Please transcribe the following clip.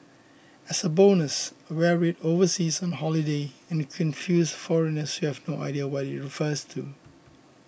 as a bonus wear we overseas on holiday and confuse foreigners you have no idea what it refers to